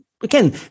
again